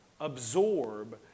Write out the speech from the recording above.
absorb